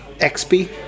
xp